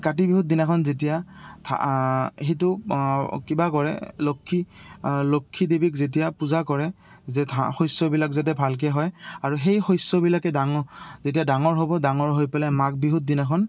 কাতি বিহুৰ দিনাখন যেতিয়াা সেইটো কিবা কৰে লক্ষী লক্ষী দেৱীক যেতিয়া পূজা কৰে যে শস্যবিলাক যাতে ভালকে হয় আৰু সেই শস্যবিলাকে ডাঙৰ যেতিয়া ডাঙৰ হ'ব ডাঙৰ হৈ পেলাই মাঘ বিহুৰ দিনাখন